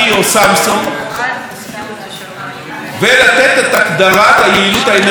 ולתת את הגדרת היעילות האנרגטית למכשיר על אחריותו,